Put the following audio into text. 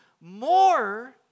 more